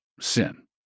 sin